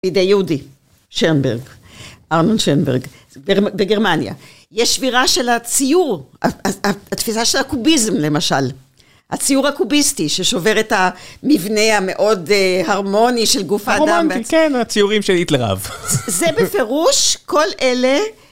בידי יהודי, שרנברג, ארנון שרנברג, בגרמניה. יש שבירה של הציור, התפיסה של הקוביזם למשל. הציור הקוביסטי ששובר את המבנה המאוד הרמוני של גוף האדם. הרומנטי, כן, הציורים שהיטלר אהב. זה בפירוש, כל אלה.